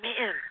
man